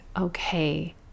okay